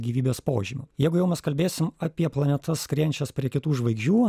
gyvybės požymių jeigu jau mes kalbėsim apie planetas skriejančias prie kitų žvaigždžių